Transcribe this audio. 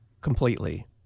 completely